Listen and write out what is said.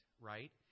right